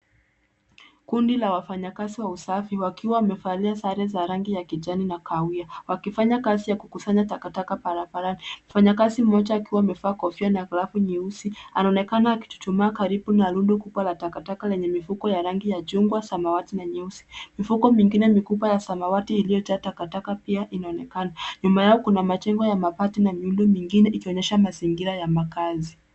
Kundi la wafanya kazi wa usafi wakiwa wamevalia sare ya rangi ya kijani na kahawia, wakifanya kazi ya kukusanya takataka barabarani. Mfanyakazi mmoja akiwa amevaa kofia na glovu nyeusi, anaonekana akichuchuma karibu na rundo kubwa la takataka lenye mifuko ya rangi ya chungwa, samawati na nyeusi. Mifuko mengine mikubwa ya samawati iliyojaa takataka pia inaonekana. Nyuma yao kuna majengo ya mabati na miundo mingine ikionyesha mazingira ya makazi.